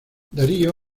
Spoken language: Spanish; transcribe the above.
darío